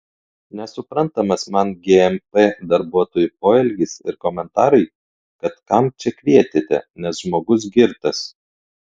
nesuprantamas man gmp darbuotojų poelgis ir komentarai kad kam čia kvietėte nes žmogus girtas